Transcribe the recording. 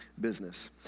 business